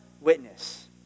witness